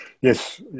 yes